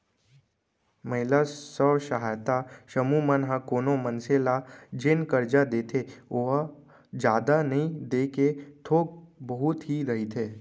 महिला स्व सहायता समूह मन ह कोनो मनसे ल जेन करजा देथे ओहा जादा नइ देके थोक बहुत ही रहिथे